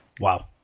wow